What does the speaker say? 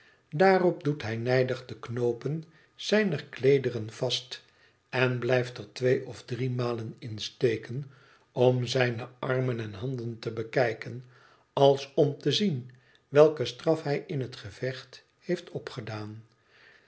daarop doet hij nijdig de knoopen zijner kleederen vast en blijft er twee of driemalen in steken om zijne armen en handen te bekijken als om te zien welke straf hij in het gevecht heeft opgedaan